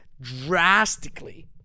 drastically